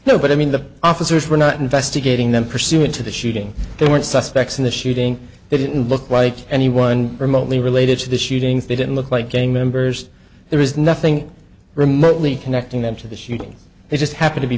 no but i mean the officers were not investigating them pursuant to the shooting they weren't suspects in the shooting they didn't look like anyone remotely related to the shootings they didn't look like gang members there is nothing remotely connecting them to the shootings they just happen to be